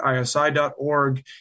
ISI.org